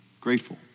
grateful